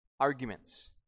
arguments